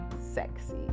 sexy